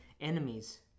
enemies